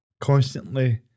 constantly